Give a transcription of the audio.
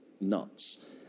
nuts